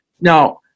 Now